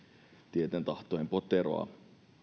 tieten tahtoen poteroa